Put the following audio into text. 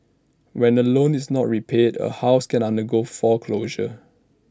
when A loan is not repaid A house can undergo foreclosure